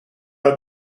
have